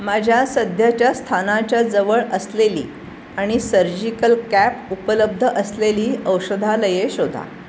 माझ्या सध्याच्या स्थानाच्या जवळ असलेली आणि सर्जिकल कॅप उपलब्ध असलेली औषधालये शोधा